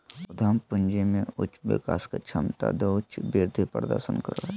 उद्यम पूंजी में उच्च विकास के क्षमता उच्च वृद्धि प्रदर्शन करो हइ